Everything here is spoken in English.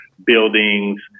buildings